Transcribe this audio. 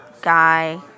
guy